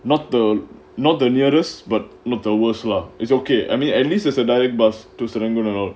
not the not the nearest but not the worst lah it's okay I mean at least there's a direct bus to serangoon or no